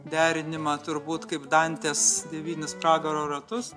derinimą turbūt kaip dantės devynis pragaro ratus